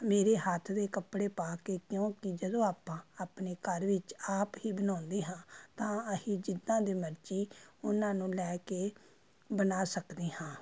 ਮੇਰੇ ਹੱਥ ਦੇ ਕੱਪੜੇ ਪਾ ਕੇ ਕਿਉਂਕਿ ਜਦੋਂ ਆਪਾਂ ਆਪਣੇ ਘਰ ਵਿੱਚ ਆਪ ਹੀ ਬਣਾਉਂਦੇ ਹਾਂ ਤਾਂ ਅਸੀਂ ਜਿੱਦਾਂ ਦੇ ਮਰਜ਼ੀ ਉਹਨਾਂ ਨੂੰ ਲੈ ਕੇ ਬਣਾ ਸਕਦੇ ਹਾਂ